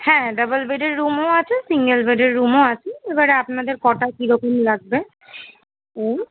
হ্যাঁ ডবল বেডের রুমও আছে সিঙ্গল বেডের রুমও আছে এবারে আপনাদের কটা কীরকম লাগবে বলুন